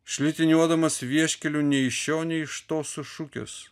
šlitiniuodamas vieškeliu nei iš šio nei iš to sušukęs